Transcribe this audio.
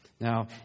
Now